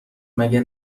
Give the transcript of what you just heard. مگه